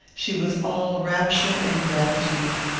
she was all rapture and gratitude.